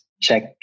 check